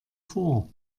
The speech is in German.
vor